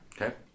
Okay